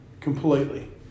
completely